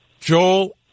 Joel